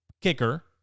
kicker